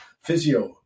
physio